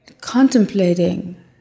contemplating